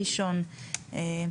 ראשון לציון.